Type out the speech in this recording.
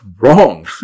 wrong